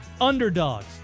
underdogs